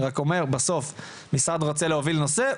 אני רק אומר בסוף שכשמשרד רוצה להוביל נושא,